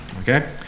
Okay